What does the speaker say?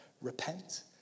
Repent